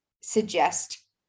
suggest